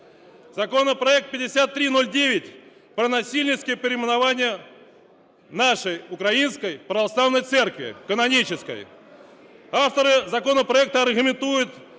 Законопроект 5309 про насильницьке перейменування нашої Української Православної Церкви, канонічної. Автори законопроекту аргументують